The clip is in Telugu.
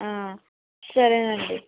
సరేనండి